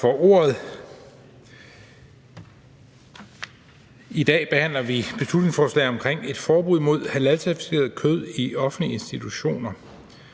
for ordet. I dag behandler vi et beslutningsforslag om et forbud mod halalcertificeret kød i offentlige institutioner,